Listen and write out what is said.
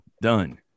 done